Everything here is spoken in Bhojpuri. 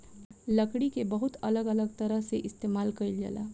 लकड़ी के बहुत अलग अलग तरह से इस्तेमाल कईल जाला